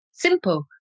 Simple